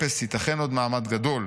אפס ייתכן עוד מעמד גדול.